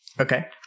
Okay